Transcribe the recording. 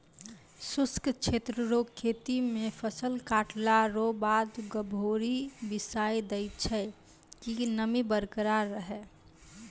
शुष्क क्षेत्र रो खेती मे फसल काटला रो बाद गभोरी बिसाय दैय छै कि नमी बरकरार रहै